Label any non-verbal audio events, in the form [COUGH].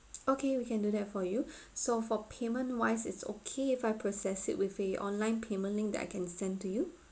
okay we can do that for you [BREATH] so for payment wise is okay if I process it with a online payment link that I can send to you